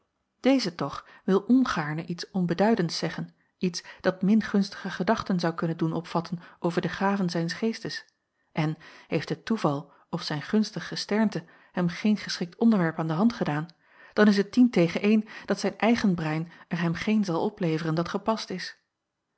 deze toch wil ongaarne iets onbeduidends zeggen iets dat mingunstige gedachten zou kunnen doen opvatten over de gaven zijns geestes en heeft het toeval of zijn gunstig gesternte hem geen geschikt onderwerp aan de hand gedaan dan is het tien tegen een dat zijn eigen brein er hem geen zal opleveren dat gepast is